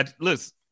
listen